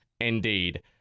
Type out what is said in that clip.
Indeed